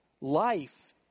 Life